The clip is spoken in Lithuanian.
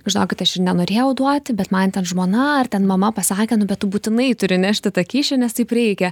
žinokit aš ir nenorėjau duoti bet man ten žmona ar ten mama pasakė nu bet tu būtinai turi nešti tą kyšį nes taip reikia